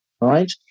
right